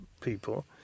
people